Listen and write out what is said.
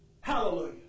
Hallelujah